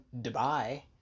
Dubai